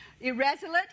irresolute